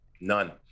None